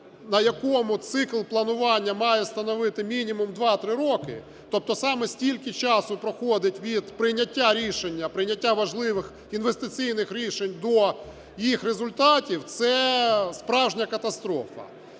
на якому цикл планування має становити мінімум 2-3 роки, тобто саме стільки часу проходить від прийняття рішення, прийняття важливих інвестиційних рішень до їх результатів це справжня катастрофа.